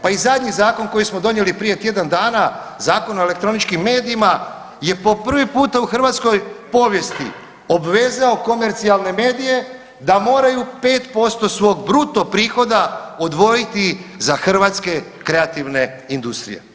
Pa i zadnji zakon koji smo donijeli prije tjedan dana Zakon o elektroničkim medijima je po prvi puta u hrvatskoj povijesti obvezao komercionalne medije da moraju 5% svog bruto prihoda odvojiti za hrvatske kreativne industrije.